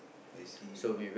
I see